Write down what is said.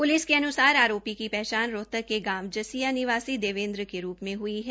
police के अन्सार आरोपी की पहचान रोहतक के गांव जसिया निवासी देवेन्द्र के रूप् में हुई है